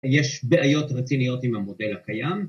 ‫יש בעיות רציניות עם המודל הקיים.